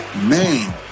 man